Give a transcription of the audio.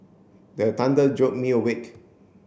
the thunder jolt me awake